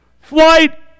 flight